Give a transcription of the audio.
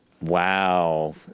Wow